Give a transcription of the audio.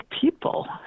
people